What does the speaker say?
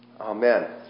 Amen